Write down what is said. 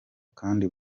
kandi